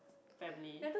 family